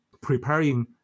preparing